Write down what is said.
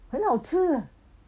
很好吃